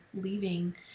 leaving